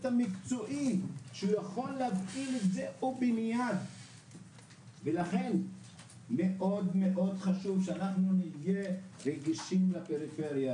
המקצועי שיכול להפעיל את זה ומיד ולכן מאוד חשוב שאנחנו נדאג לפריפריה,